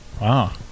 Wow